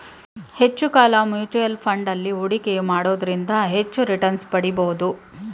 ಹೆಚ್ಚು ಕಾಲ mutual fund ಅಲ್ಲಿ ಹೂಡಿಕೆಯ ಮಾಡೋದ್ರಿಂದ ಹೆಚ್ಚು ರಿಟನ್ಸ್ ಪಡಿಬೋದು